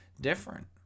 different